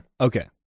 Okay